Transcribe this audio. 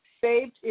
saved